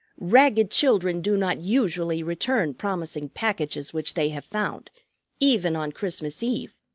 ragged children do not usually return promising packages which they have found even on christmas eve.